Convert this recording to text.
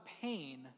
pain